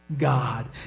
God